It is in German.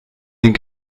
den